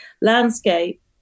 landscape